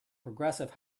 progressive